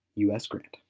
u s. grant.